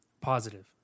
positive